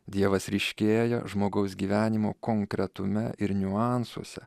dievas ryškėja žmogaus gyvenimo konkretume ir niuansuose